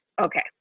Okay